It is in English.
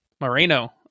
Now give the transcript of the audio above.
Moreno